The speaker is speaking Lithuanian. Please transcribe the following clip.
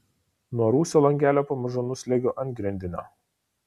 nuo rūsio langelio pamažu nusliuogiu ant grindinio